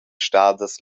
stadas